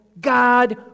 God